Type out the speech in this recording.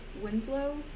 Winslow